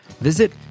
visit